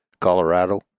Colorado